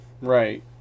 Right